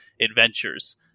adventures